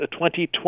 2020